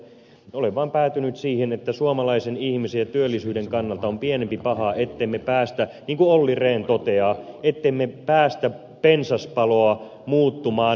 olen vaan päätynyt siihen että suomalaisen ihmisen ja työllisyyden kannalta on pienempi paha ettemme päästä niin kuin olli rehn toteaa pensaspaloa muuttumaan metsäpaloksi